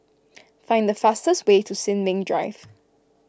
find the fastest way to Sin Ming Drive